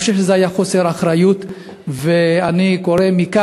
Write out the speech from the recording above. אני חושב שזה היה חוסר אחריות.